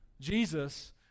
Jesus